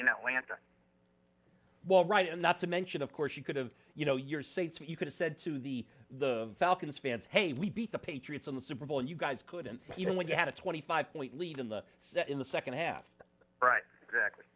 in atlanta well right and not to mention of course you could have you know your seat so you could have said to the the falcons fans hey we beat the patriots in the super bowl and you guys couldn't even when you had a twenty five point lead in the in the second half right exactly